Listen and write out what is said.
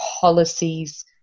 policies